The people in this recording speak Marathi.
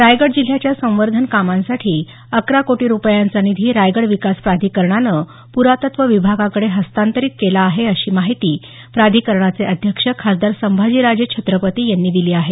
रायगड जिल्ह्याच्या संवर्धन कामांसाठी अकरा कोटी रुपयांचा निधी रायगड विकास प्राधिकरणानं प्रातत्त्व विभागाकडे हस्तांतरित केला आहे अशी माहिती प्राधिकरणाचे अध्यक्ष खासदार संभाजी राजे छत्रपती यांनी दिली आहे